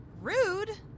Rude